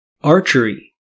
Archery